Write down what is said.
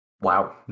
Wow